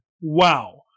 wow